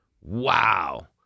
Wow